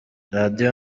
radio